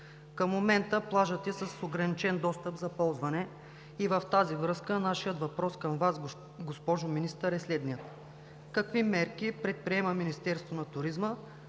Към момента плажът е с ограничен достъп за ползване. В тази връзка, нашият въпрос към Вас, госпожо Министър, е следният: какви мерки предприема Министерството на туризма